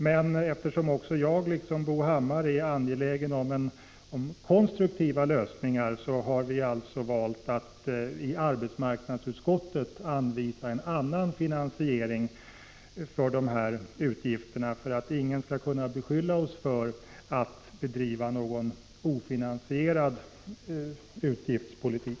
Jag är liksom Bo Hammar angelägen om konstruktiva lösningar, och vi har valt att i arbetsmarknadsutskottet anvisa en annan finansiering för dessa utgifter, för att ingen skall kunna beskylla oss för att bedriva en ofinansierad utgiftspolitik.